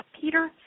Peter